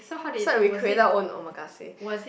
so we create out own omakase